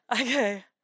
Okay